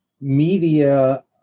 media